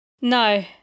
No